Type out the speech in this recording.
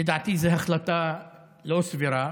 לדעתי זאת החלטה לא סבירה